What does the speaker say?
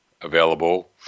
available